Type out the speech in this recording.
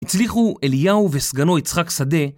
הצליחו אליהו וסגנו יצחק שדה